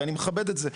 ואני מכבד את זה,